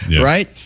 Right